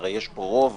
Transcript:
הרי יש פה רוב,